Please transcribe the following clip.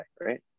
right